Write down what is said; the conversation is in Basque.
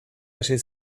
hasi